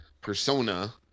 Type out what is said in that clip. persona